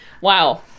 Wow